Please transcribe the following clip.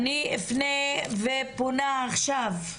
אני אפנה, ופונה כבר עכשיו,